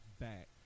back